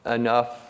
enough